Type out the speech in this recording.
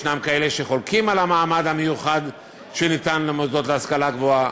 יש כאלה שחולקים על המעמד המיוחד שניתן למוסדות להשכלה גבוהה,